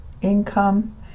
income